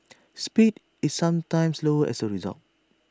speed is sometimes slower as A result